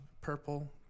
purple